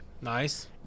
Nice